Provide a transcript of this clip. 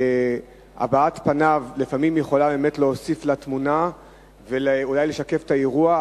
הבעת פניו לפעמים יכולה באמת להוסיף לתמונה ואולי לשקף את האירוע,